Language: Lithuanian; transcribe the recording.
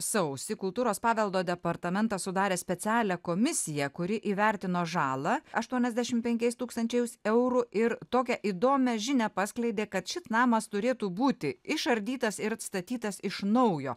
sausį kultūros paveldo departamentas sudarė specialią komisiją kuri įvertino žalą aštuoniasdešimt penkiais tūkstančiais eurų ir tokią įdomią žinią paskleidė kad šis namas turėtų būti išardytas ir atstatytas iš naujo